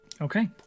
Okay